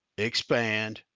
expand,